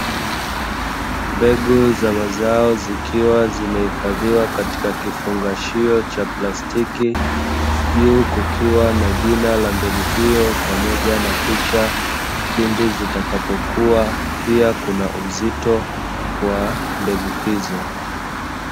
Mbegu za mazao zikiwa zimehifadhiwa katika kifungashio cha plastiki. Juu kukiwa na jina ya mbegu hiyo pamoja na picha pindi zitakapokua, pia kuna uzito wa mbegu hizo.